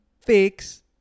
fix